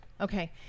Okay